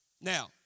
Now